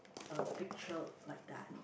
a picture like that